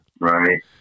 Right